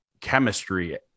chemistry